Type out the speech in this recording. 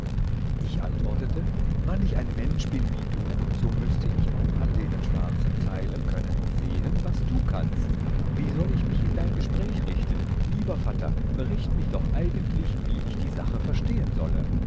ich antwortete wann ich ein mensch bin wie du so müßte ich auch an denen schwarzen zeilen können sehen was du kannst wie soll ich mich in dein gespräch richten lieber vatter bericht mich doch eigentlich wie ich die sache verstehen solle